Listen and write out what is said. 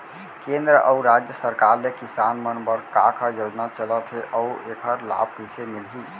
केंद्र अऊ राज्य सरकार ले किसान मन बर का का योजना चलत हे अऊ एखर लाभ कइसे मिलही?